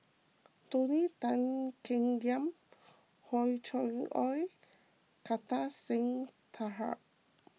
Tony Tan Keng Yam Hor Chim or Kartar Singh Thakral